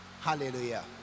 hallelujah